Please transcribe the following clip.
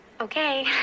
Okay